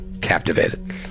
captivated